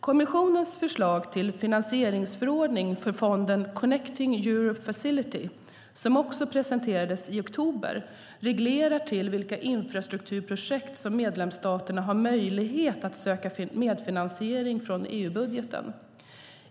Kommissionens förslag till finansieringsförordning för fonden Connecting Europe Facility som också presenterades i oktober reglerar till vilka infrastrukturprojekt som medlemsstaterna har möjlighet att söka medfinansiering från EU-budgeten.